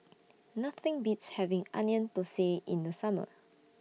Nothing Beats having Onion Thosai in The Summer